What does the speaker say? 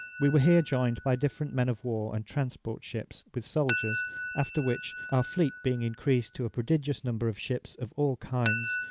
we were here joined by different men of war and transport ships with soldiers after which, our fleet being increased to a prodigious number of ships of all kinds,